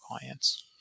clients